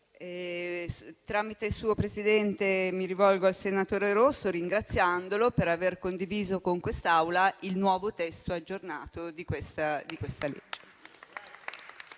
per il suo tramite mi rivolgo al senatore Rosso, ringraziandolo per aver condiviso con quest'Aula il testo aggiornato di questo